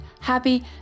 happy